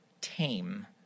tame